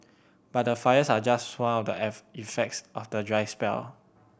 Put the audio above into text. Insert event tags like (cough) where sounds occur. but the fires are just one of the (unintelligible) effects of the dry spell